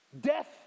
death